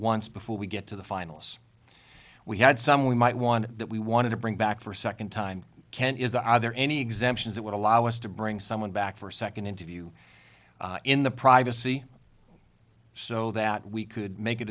once before we get to the finals we had some we might want that we wanted to bring back for a second time ken is the are there any exemptions that would allow us to bring someone back for a second interview in the privacy so that we could make a